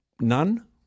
None